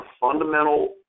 fundamental